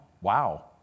wow